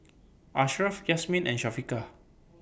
Ashraf Yasmin and Syafiqah